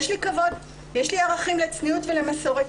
יש לי כבוד ויש לי ערכים לצניעות ולמסורת,